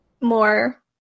more